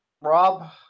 Rob